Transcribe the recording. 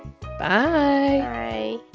bye